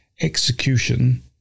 Execution